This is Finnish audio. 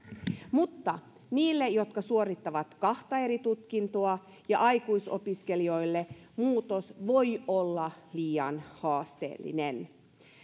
mutta niille jotka suorittavat kahta eri tutkintoa ja aikuisopiskelijoille muutos voi olla liian haasteellinen